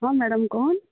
ହଁ ମ୍ୟାଡ଼ାମ୍ କହୁନ୍